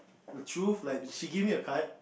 the truth like she give me a card